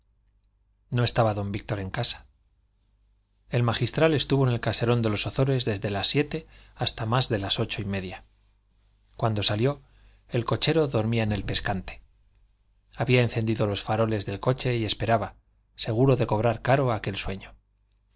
no estaba don víctor en casa el magistral estuvo en el caserón de los ozores desde las siete hasta más de las ocho y media cuando salió el cochero dormía en el pescante había encendido los faroles del coche y esperaba seguro de cobrar caro aquel sueño